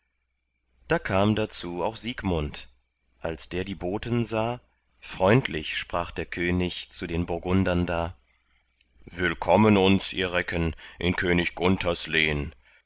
da kam dazu auch siegmund als der die boten sah freundlich sprach der könig zu den burgundern da willkommen uns ihr recken in könig gunthers lehn